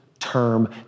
term